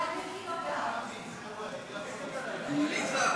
חנין זועבי, דב חנין, טלב אבו עראר, יוסף